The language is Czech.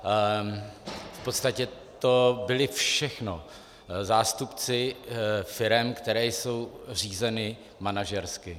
V podstatě to byli všechno zástupci firem, které jsou řízeny manažersky.